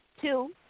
Two